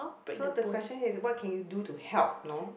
so the question is what can you do to help you know